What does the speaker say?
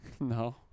No